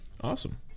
Awesome